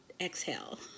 exhale